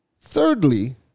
thirdly